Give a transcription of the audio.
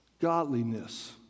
godliness